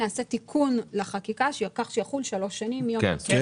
נעשה תיקון לחקיקה כך שיחול שלוש שנים מיום --- כן.